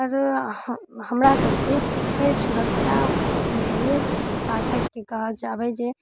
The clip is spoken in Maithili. हमरा सबके सुरक्षा लेल प्रशासकके कहऽ चाहबै जे